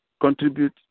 contribute